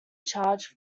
charged